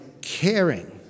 caring